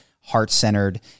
heart-centered